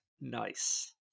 Nice